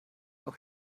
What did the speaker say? auch